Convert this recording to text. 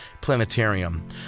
planetarium